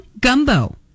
gumbo